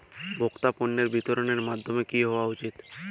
ভোক্তা পণ্যের বিতরণের মাধ্যম কী হওয়া উচিৎ?